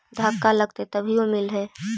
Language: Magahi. धक्का लगतय तभीयो मिल है?